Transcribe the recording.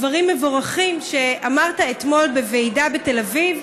דברים מבורכים שאמרת אתמול בוועידה בתל אביב